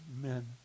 men